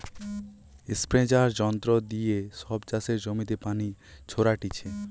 স্প্রেযাঁর যন্ত্র দিয়ে সব চাষের জমিতে পানি ছোরাটিছে